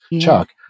Chuck